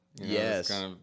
Yes